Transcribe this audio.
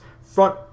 front